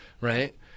Right